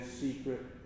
secret